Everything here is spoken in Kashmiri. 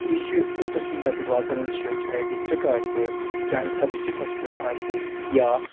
یہِ چھُ اوٚتھس ییٚمہِ ساتہٕ یہِ واتان چھِ چاہے ڈِسٹرٛک آسہِ چاہے سب ڈِسٹرٛک ہاسپِٹَل آسہِ یا